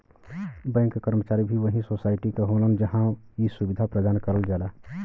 bank क कर्मचारी भी वही सोसाइटी क होलन जहां इ सुविधा प्रदान करल जाला